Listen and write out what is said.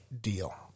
deal